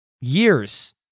years